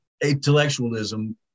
intellectualism